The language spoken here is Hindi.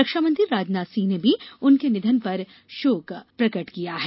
रक्षामंत्री राजनाथ सिंह ने भी उनके निधन पर शोक प्रकट किया है